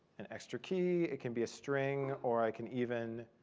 an extra key, it can be a string. or i can even